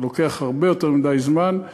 זה לוקח הרבה יותר מדי זמן,